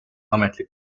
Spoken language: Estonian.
ametlik